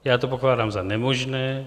Já to pokládám za nemožné.